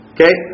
Okay